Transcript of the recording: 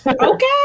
Okay